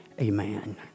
amen